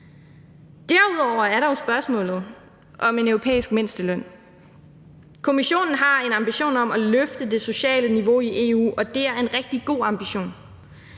Derudover er der jo spørgsmålet om en europæisk mindsteløn. Kommissionen har en ambition om at løfte det sociale niveau i EU, og det er en rigtig god ambition.